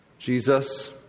Jesus